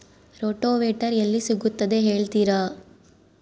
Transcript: Rotavator ಎಲ್ಲಿ ಸಿಗುತ್ತದೆ ಹೇಳ್ತೇರಾ?